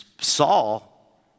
Saul